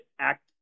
act